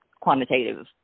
quantitative